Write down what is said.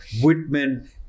Whitman